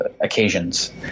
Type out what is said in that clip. occasions